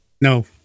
no